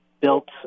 built